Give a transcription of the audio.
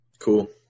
Cool